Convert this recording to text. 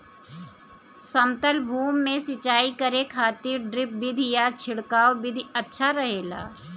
समतल भूमि में सिंचाई करे खातिर ड्रिप विधि या छिड़काव विधि अच्छा रहेला?